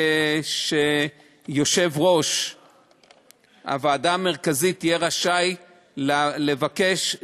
שיושב-ראש הוועדה המרכזית יהיה רשאי לבקש,